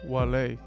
Wale